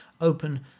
open